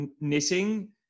knitting